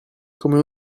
come